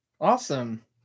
Awesome